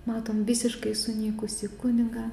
matom visiškai sunykusi kunigą